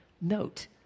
note